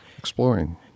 Exploring